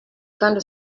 kandi